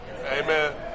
Amen